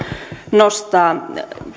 nostaa